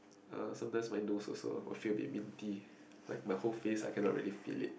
er sometimes my nose also will feel a bit minty like my whole face I cannot really feel it